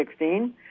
2016